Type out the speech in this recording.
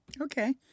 Okay